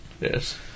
Yes